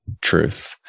truth